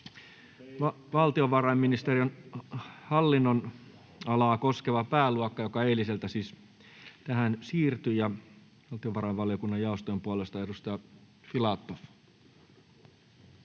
valtiovarainministeriön hallinnonalaa koskeva pääluokka 28, joka eiliseltä siis tähän siirtyi. — Valtiovarainvaliokunnan jaostojen puolesta edustaja Filatov.